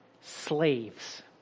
slaves